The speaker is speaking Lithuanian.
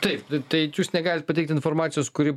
taip tai jūs negalit pateikti informacijos kuri